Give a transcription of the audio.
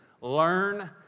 learn